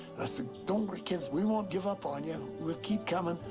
i said, don't worry, kids, we won't give up on you, we'll keep coming.